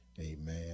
Amen